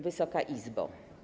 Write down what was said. Wysoka Izbo!